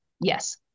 Yes